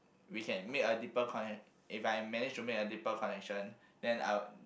we can make a deeper connec~ if I managed to make a deeper connection then I would